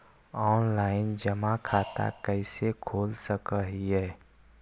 Online जमा खाता कैसे खोल सक हिय?